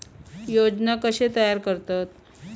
योजना कशे तयार करतात?